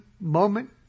moment